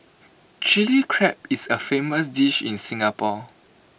Chilli Crab is A famous dish in Singapore